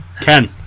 Ken